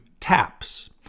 TAPS